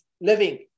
living